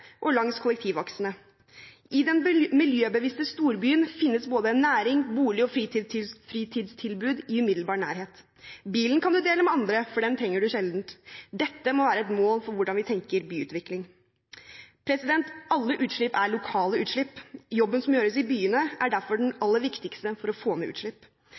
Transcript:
og langs kollektivaksene. I den miljøbevisste storbyen finnes både næring, bolig og fritidstilbud i umiddelbar nærhet. Bilen kan du dele med andre, for den trenger du sjelden. Dette må være et mål for hvordan vi tenker byutvikling. Alle utslipp er lokale utslipp. Jobben som gjøres i byene, er derfor den aller viktigste for å få ned utslipp.